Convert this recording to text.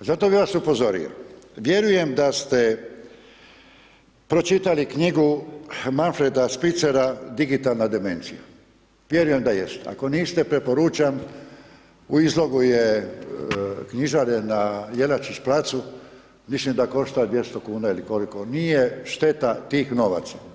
zato bih vas upozorio, vjerujem da ste pročitali knjigu Manfreda Spitzera Digitalna demencija, vjerujem da jeste, ako niste, preporučam, u izlogu je knjižare na Jelačić placu, mislim da košta 200 kuna ili koliko, nije šteta tih novaca.